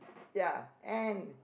ya and